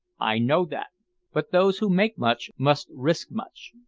i know that but those who make much must risk much.